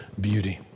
beauty